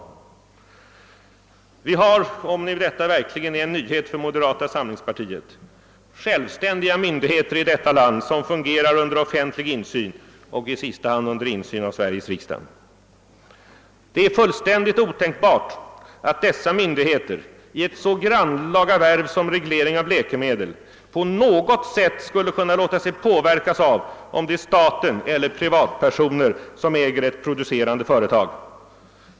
Vi har — det vill jag påpeka för den händelse detta verkligen är en nyhet för moderata samlingspartiet — självständiga myndigheter i vårt land som fungerar under offentlig insyn och i sista hand under insyn av Sveriges riksdag. Det är fullständigt otänkbart att dessa myndigheter i ett så grannlaga värv som reglering av läkemedel på något sätt skulle kunna låta sig påverkas av om det är staten eller privatpersoner som äger ett producerande företag.